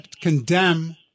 condemn